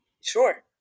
Sure